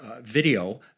video